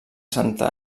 santa